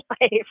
life